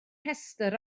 rhestr